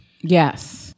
Yes